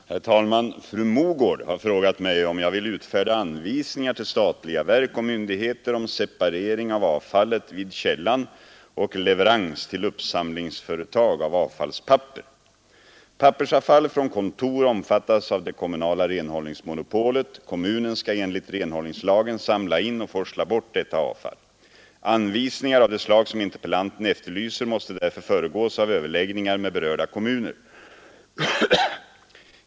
Herr talman! Fru Mogård har frågat mig om jag vill utfärda anvisningar till statliga verk och myndigheter om separering av avfallet vid källan och leverans till uppsamlingsföretag av avfallspapper. Pappersavfall från kontor omfattas av det kommunala renhållningsmonopolet. Kommunen skall enligt renhållningslagen samla in och forsla bort detta avfall. Anvisningar av det slag som interpellanten efterlyser måste därför föregås av överläggningar med berörda kommuner.